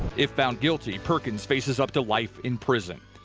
if found guilty perkins faces up to life in prison.